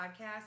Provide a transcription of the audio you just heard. podcast